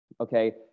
okay